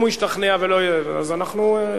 אם הוא ישתכנע, אנחנו,